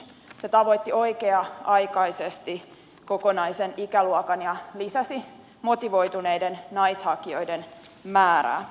se tavoitti oikea aikaisesti kokonaisen ikäluokan ja lisäsi motivoituneiden naishakijoiden määrää